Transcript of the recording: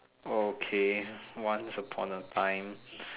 okay once upon a time